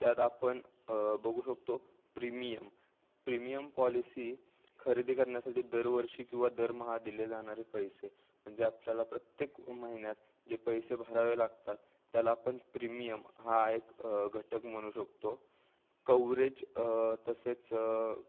त्यात आपण बघू शकतो प्रीमियम प्रीमियम पॉलिसी खरेदी करण्यासाठी दरवर्षी किंवा दरमहा दिले जाणारे पैसे म्हणजे आपल्याला प्रत्येक महिन्यात जे पैसे भरावे लागतात त्याला आपण प्रीमियम हा एक घटक म्हणू शकतो कवरेज तसेच